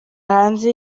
hanze